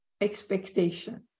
expectation